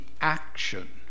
action